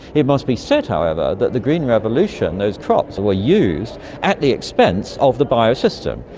it must be said, however, that the green revolution, those crops were used at the expense of the biosystem,